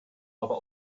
aber